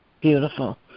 Beautiful